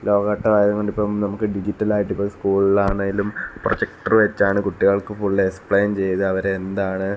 ലോക ഘട്ടം ആയതു കൊണ്ട് ഇപ്പം നമുക്ക് ഡിജിറ്റല് ആയിട്ട് സ്കൂളുകളില് ആണെങ്കിലും പ്രോജക്റ്റര് വെച്ചാണ് കുട്ടികള്ക്ക് ഫുള് എക്സ്പ്ലയിന് ചെയ്ത് അവരെ എന്താണ്